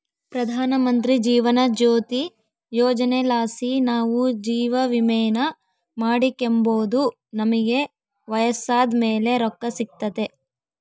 ಪ್ರಧಾನಮಂತ್ರಿ ಜೀವನ ಜ್ಯೋತಿ ಯೋಜನೆಲಾಸಿ ನಾವು ಜೀವವಿಮೇನ ಮಾಡಿಕೆಂಬೋದು ನಮಿಗೆ ವಯಸ್ಸಾದ್ ಮೇಲೆ ರೊಕ್ಕ ಸಿಗ್ತತೆ